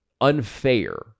unfair